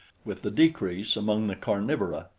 with the decrease among the carnivora,